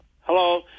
Hello